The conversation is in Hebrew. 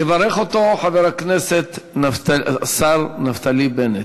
יברך אותו השר נפתלי בנט.